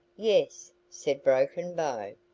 yes, said broken bow.